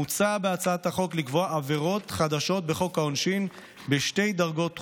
מוצע בהצעת החוק לקבוע עבירות חדשות בחוק העונשין בשתי דרגות חומרה.